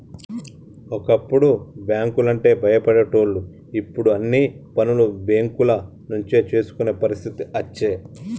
ఒకప్పుడు బ్యాంకు లంటే భయపడేటోళ్లు ఇప్పుడు అన్ని పనులు బేంకుల నుంచే చేసుకునే పరిస్థితి అచ్చే